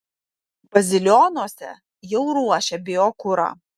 bazilionuose jau ruošia biokurą